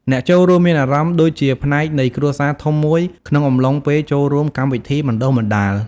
អ្នកចូលរួមមានអារម្មណ៍ដូចជាផ្នែកនៃគ្រួសារធំមួយក្នុងអំឡុងពេលចូលរួមកម្មវិធីបណ្ដុះបណ្ដាល។